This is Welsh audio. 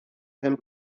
pen